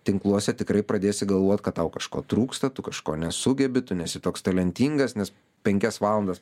tinkluose tikrai pradėsi galvoti kad tau kažko trūksta tu kažko nesugebi tu nesi toks talentingas nes penkias valandas